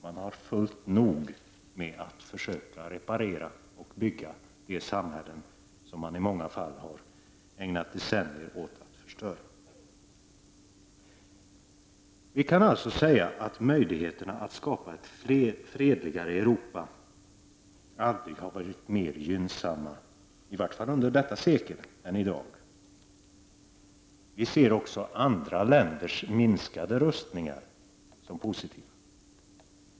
De har nog med att försöka reparera och bygga upp de samhällen som de i många fall har ägnat decennier åt att förstöra. Vi kan alltså säga att möjligheterna att skapa ett fredligare Europa aldrig har varit mer gynnsamma, i varje fall under detta sekel, än i dag. Vi ser också andra länders minskade rustningar som positiva.